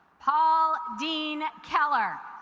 paul dean keller